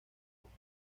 como